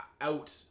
out